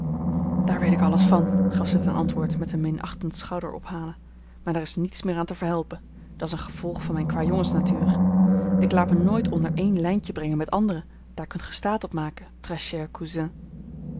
daar weet ik alles van gaf zij ten antwoord met een minachtend schouderophalen maar daar is niets meer aan te verhelpen dat's een gevolg van mijn kwâjongensnatuur ik laat me nooit onder één lijntje brengen met anderen daar kunt gij staat op maken